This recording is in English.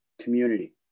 community